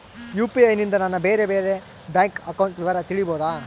UPI ನಿಂದ ನನ್ನ ಬೇರೆ ಬೇರೆ ಬ್ಯಾಂಕ್ ಅಕೌಂಟ್ ವಿವರ ತಿಳೇಬೋದ?